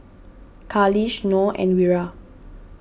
Khalish Noh and Wira